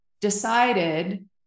decided